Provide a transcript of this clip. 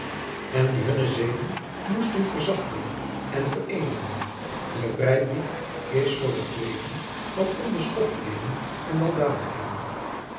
en die hunne zeden moesten verzachten en veredelen de vrijbrief is voor het plegen van onbeschoftheden en